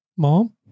Mom